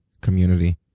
community